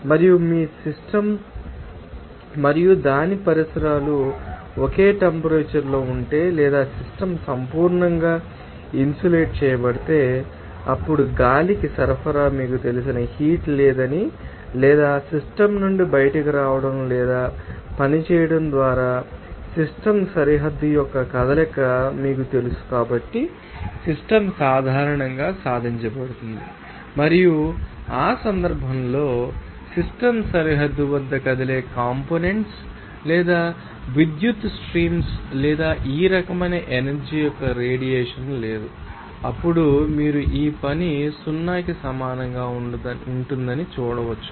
మరియు మీ సిస్టమ్ మరియు దాని పరిసరాలు ఒకే టెంపరేచర్ లో ఉంటే లేదా సిస్టమ్ సంపూర్ణంగా ఇన్సులేట్ చేయబడితే అప్పుడు గాలికి సరఫరా మీకు తెలిసిన హీట్ లేదని లేదా సిస్టమ్ నుండి బయటకు రావడం లేదా పని చేయడం ద్వారా లేదా సిస్టమ్ సరిహద్దు యొక్క కదలిక మీకు తెలుసు కాబట్టి సిస్టమ్ సాధారణంగా సాధించబడుతుంది మరియు ఆ సందర్భంలో సిస్టమ్ సరిహద్దు వద్ద కదిలే కంపోనెంట్స్ ు లేదా విద్యుత్ స్ట్రీమ్స్ ు లేదా ఈ రకమైన ఎనర్జీ యొక్క రేడియేషన్ లేదు అప్పుడు మీరు ఈ పని 0 కి సమానంగా ఉంటుందని చూడవచ్చు